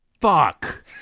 Fuck